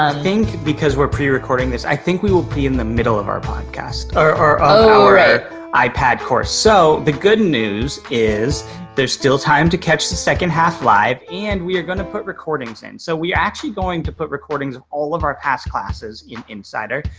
um think because we're, pre-recording this, i think we will be in the middle of our podcast or our our ipad course. so the good news is there's still time to catch the second half live and we are gonna put recordings in. so we actually going to put recordings of all of our past classes in insider.